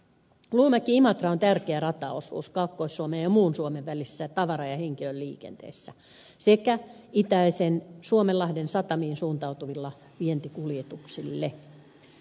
luumäkiimatra on tärkeä rataosuus kaakkois suomen ja muun suomen välissä tavara ja henkilöliikenteessä sekä itäisen suomenlahden satamiin suuntautuvissa vientikuljetuksissa